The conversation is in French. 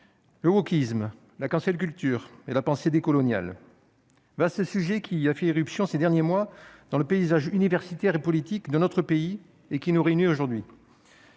le wokisme, la cancel culture et la pensée des coloniale bah ce sujet qui a fait irruption, ces derniers mois dans le paysage universitaire et politique de notre pays et qui nous réunit aujourd'hui.